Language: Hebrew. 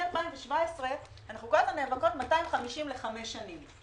מ-2017 אנחנו כל הזמן נאבקות 250 לחמש שנים.